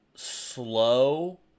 slow